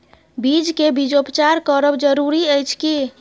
बीज के बीजोपचार करब जरूरी अछि की?